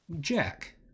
Jack